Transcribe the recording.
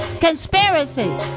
Conspiracy